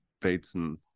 Bateson